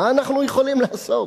מה אנחנו יכולים לעשות?